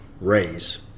raise